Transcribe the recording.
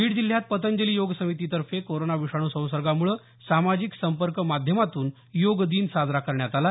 बीड जिल्ह्यात पतंजली योग समितीतर्फे कोरोना विषाणू संसर्गामुळे सामाजिक संपर्क माध्यमातून योग दिन साजरा करण्यात आला